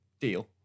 deal